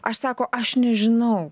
aš sako aš nežinau